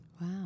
Wow